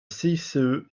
cice